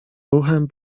ruchem